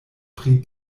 pri